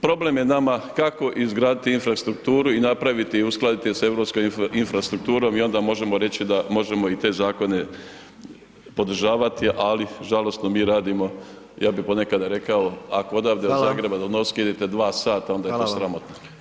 Problem je nama kako izgraditi infrastrukturu i napraviti i uskladiti sa europskom infrastrukturom i onda možemo reći da možemo i te zakone podržavati, ali žalosno, mi radimo, ja bi ponekada rekao, ako odavde do Zagreba do Novske idete 2 sata, onda je to sramotno.